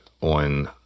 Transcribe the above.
on